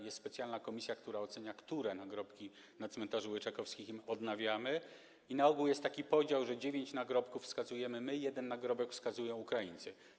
Jest specjalna komisja, która ocenia, które nagrobki na cmentarzu Łyczakowskim odnawiamy, i na ogół jest taki podział, że dziewięć nagrobków wskazujemy my, a jeden nagrobek wskazują Ukraińcy.